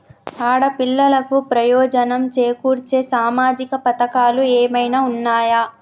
ఆడపిల్లలకు ప్రయోజనం చేకూర్చే సామాజిక పథకాలు ఏమైనా ఉన్నయా?